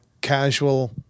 casual